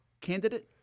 candidate